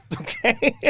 Okay